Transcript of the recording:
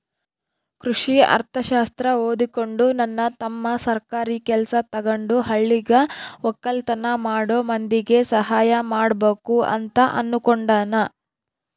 ಕೃಷಿ ಅರ್ಥಶಾಸ್ತ್ರ ಓದಿಕೊಂಡು ನನ್ನ ತಮ್ಮ ಸರ್ಕಾರಿ ಕೆಲ್ಸ ತಗಂಡು ಹಳ್ಳಿಗ ವಕ್ಕಲತನ ಮಾಡೋ ಮಂದಿಗೆ ಸಹಾಯ ಮಾಡಬಕು ಅಂತ ಅನ್ನುಕೊಂಡನ